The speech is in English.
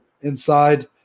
inside